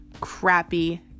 crappy